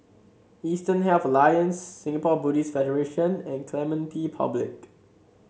Eastern Health Alliance Singapore Buddhist Federation and Clementi Public